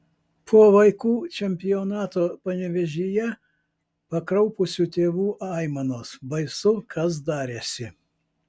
po vaikų čempionato panevėžyje pakraupusių tėvų aimanos baisu kas darėsi